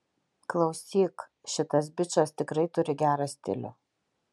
klausyk šitas bičas tikrai turi gerą stilių